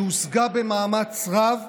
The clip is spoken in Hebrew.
שהושגה במאמץ רב,